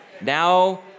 now